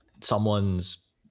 someone's